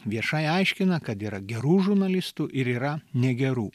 viešai aiškina kad yra gerų žurnalistų ir yra negerų